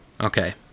okay